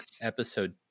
episode